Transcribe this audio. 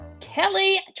Kelly